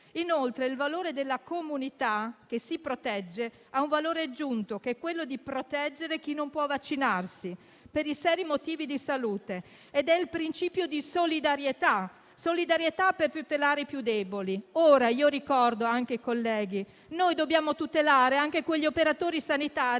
Inoltre, la comunità che si protegge ha un valore aggiunto, che è quello di proteggere chi non può vaccinarsi per seri motivi di salute, quindi il principio di solidarietà per tutelare i più deboli. Ricordo inoltre, onorevoli colleghi, che dobbiamo tutelare anche quegli operatori sanitari